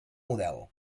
model